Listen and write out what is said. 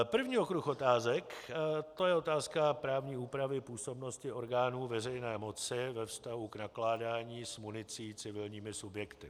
První okruh otázek, to je otázka právní úpravy působnosti orgánů veřejné moci ve vztahu k nakládání s municí civilními subjekty.